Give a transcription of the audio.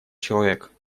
человек